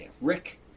Rick